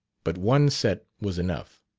but one set was enough.